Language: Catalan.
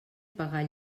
pagar